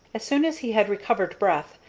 as soon as he had recovered breath,